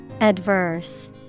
Adverse